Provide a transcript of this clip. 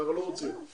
אנחנו לא רוצים בו.